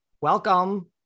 Welcome